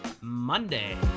monday